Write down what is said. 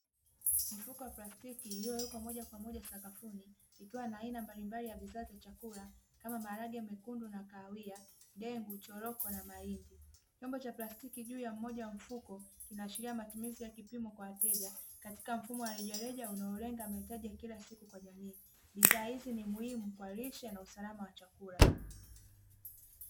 Mifuko ya plastiki iliyowekwa moja kwa moja sakafuni ikiwa na bidhaa mbalimbali za chakula kama: maharage mekundu na kahawia, dengu, choroko na mahindi. Chombo cha plastiki juu ya moja ya mfuko kinaashiria matumizi ya kipimo kwa wateja katika mfumo wa rejareja unaolenga mahitaji ya kila siku kwa jamii, bidhaa hizi ni muhimu kwa lishe na usalama wa chakula.